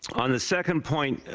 on the second point,